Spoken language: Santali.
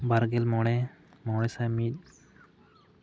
ᱵᱟᱨ ᱜᱮᱞ ᱢᱚᱬᱮ ᱢᱚᱬᱮ ᱥᱟᱭ ᱢᱤᱫ